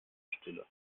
stille